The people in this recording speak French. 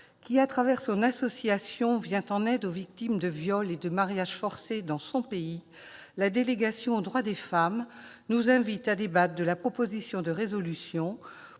qui, à travers son association, vient en aide aux victimes de viols et de mariages forcés dans son pays, la délégation aux droits des femmes nous invite à débattre de la proposition de résolution